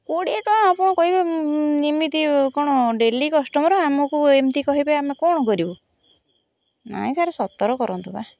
କୋଡ଼ିଏ ଟଙ୍କା ଆପଣ କହିବେ ଯେମିତି କ'ଣ ଡେଲି କଷ୍ଟମର୍ ଆମକୁ ଏମିତି କହିବେ ଆମେ କ'ଣ କରିବୁ ନାଇଁ ସାର୍ ସତର କରନ୍ତୁ ବା